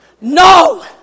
No